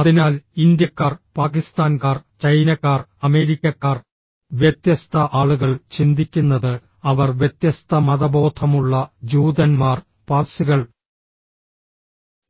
അതിനാൽ ഇന്ത്യക്കാർ പാകിസ്ഥാൻകാർ ചൈനക്കാർ അമേരിക്കക്കാർ വ്യത്യസ്ത ആളുകൾ ചിന്തിക്കുന്നത് അവർ വ്യത്യസ്ത മതബോധമുള്ള ജൂതന്മാർ പാർസികൾ